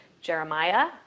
Jeremiah